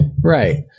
right